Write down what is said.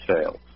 sales